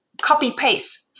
copy-paste